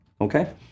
Okay